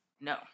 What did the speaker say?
No